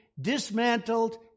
dismantled